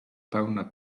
pełne